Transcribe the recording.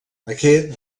aquest